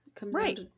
Right